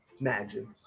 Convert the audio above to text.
imagine